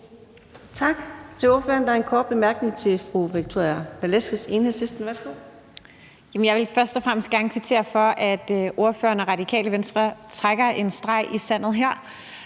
Tak til ordføreren. Der er en kort bemærkning til fru Victoria Velasquez, Enhedslisten. Værsgo. Kl. 15:48 Victoria Velasquez (EL): Jeg vil først og fremmest gerne kvittere for, at ordføreren og Radikale Venstre trækker en streg i sandet her.